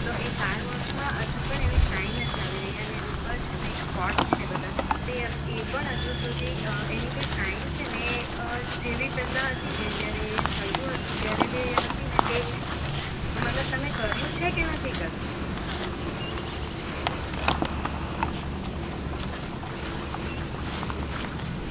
તો એ કાર વૉશમાં હજુ પણ એવી શાઈન નથી આવી રહી અને ઉપર છે ને એક સ્પોટ છે બધા એ એ પણ હજુ સુધી એની જે શાઈન છે ને એ જેવી પહેલાં હતીને જ્યારે એ થયેલું હતું ત્યારે જે હતીને તે જ છે મતલબ તમે કર્યું છે કે નથી કર્યું